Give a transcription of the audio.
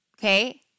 Okay